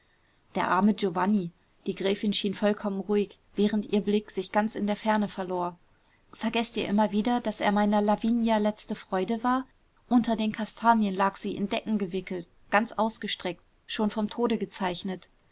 der arme giovanni die gräfin schien vollkommen ruhig während ihr blick sich ganz in der ferne verlor vergeßt ihr immer wieder daß er meiner lavinia letzte freude war unter den kastanien lag sie in decken gewickelt ganz ausgestreckt schon vom tode gezeichnet